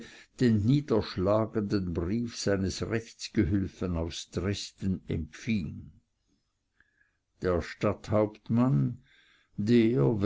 den niederschlagenden brief seines rechtsgehülfen aus dresden empfing der stadthauptmann der